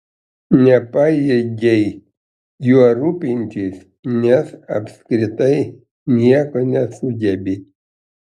nepajėgei juo rūpintis nes apskritai nieko nesugebi